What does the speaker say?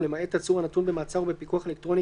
ולמעט עצור הנתון במעצר בפיקוח אלקטרוני